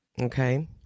okay